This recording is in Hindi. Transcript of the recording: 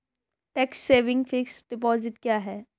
टैक्स सेविंग फिक्स्ड डिपॉजिट क्या है?